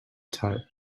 tire